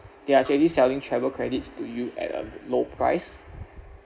they are actually selling travel credits to you at a low price